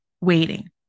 waiting